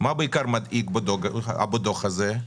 מה בעיקר מדאיג בדוח הזה?